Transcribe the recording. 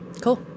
cool